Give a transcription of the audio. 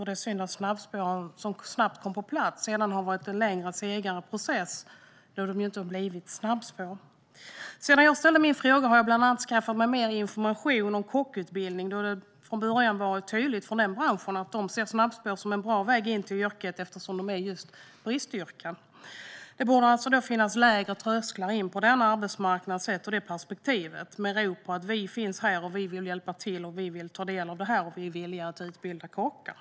Det är synd att snabbspåren som snabbt kom på plats sedan har varit en längre och segare process och att de då inte blivit snabbspår. Sedan jag ställde min fråga har jag bland annat skaffat mig mer information om kockutbildning, då det från början varit tydligt från den branschen att de ser snabbspår som en bra väg in till yrket eftersom det är ett bristyrke. Det borde då finnas lägre trösklar in på denna arbetsmarknad sett ur det perspektivet. Det finns rop om: Vi finns här. Vi vill hjälpa till. Vi vill ta del av detta. Vi är villiga att utbilda kockar.